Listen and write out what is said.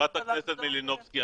חברת הכנסת מלינובסקי,